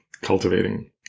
cultivating